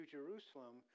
Jerusalem